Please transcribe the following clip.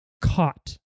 Caught